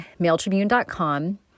mailtribune.com